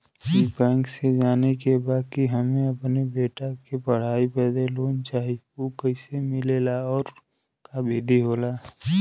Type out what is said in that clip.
ई बैंक से जाने के बा की हमे अपने बेटा के पढ़ाई बदे लोन चाही ऊ कैसे मिलेला और का विधि होला?